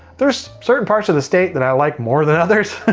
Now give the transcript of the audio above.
there's certain parts of the state that i like more than others.